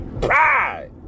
pride